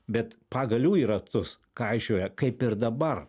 bet pagalių į ratus kaišioja kaip ir dabar